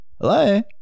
Hello